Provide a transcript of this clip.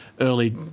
early